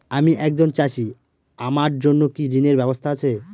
আমি একজন চাষী আমার জন্য কি ঋণের ব্যবস্থা আছে?